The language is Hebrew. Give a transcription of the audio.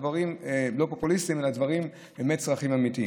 דברים לא פופוליסטיים אלא באמת צרכים אמיתיים.